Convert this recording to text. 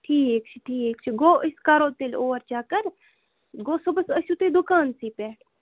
ٹھیٖک چھُ ٹھیٖک چھُ گوٚو أسۍ کَرو تیٚلہِ اور چَکَر گوٚو صُبحَس ٲسِو تُہۍ دُکانسٕے پٮ۪ٹھ